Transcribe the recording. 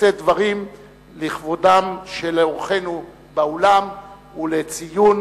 לשאת דברים לכבודם של אורחינו באולם ולציון